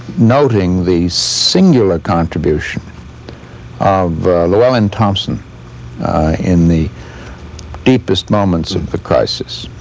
noting these singular contributions of llewellyn thompson in the deepest moments of the crisis.